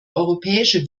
europäische